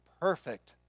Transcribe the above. perfect